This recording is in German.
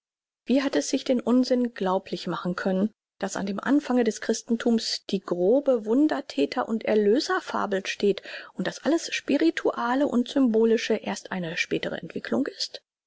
wie hat es sich den unsinn glaublich machen können daß an dem anfange des christentums die grobe wunderthäter und erlöser fabel steht und daß alles spirituale und symbolische erst eine spätere entwicklung ist